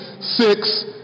six